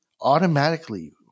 automatically